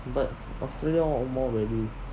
but australia one more value